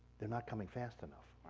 they're not coming fast enough.